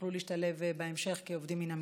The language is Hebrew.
ויוכלו להשתלב בהמשך כעובדים מן המניין.